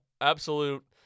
absolute